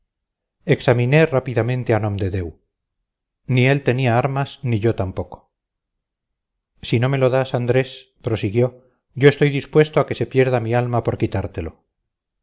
examine rápidamente a nomdedeu ni él tenía armas ni yo tampoco si no me lo das andrés prosiguió yo estoy dispuesto a que se pierda mi alma por quitártelo